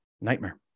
nightmare